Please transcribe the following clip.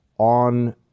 on